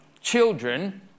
children